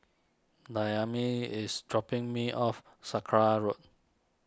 Dayami is dropping me off Sakra Road